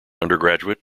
undergraduate